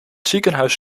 ziekenhuis